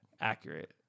Accurate